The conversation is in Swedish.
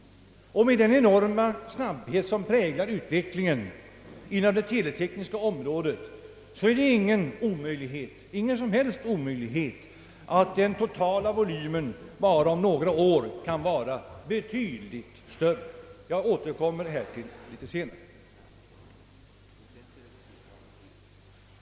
Med den enorma snabbhet som präglar utvecklingen på det teletekniska området är det ingen som helst omöjlighet att den totala volymen om bara några år kan vara betydligt större. Jag återkommer härtill litet senare.